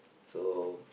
so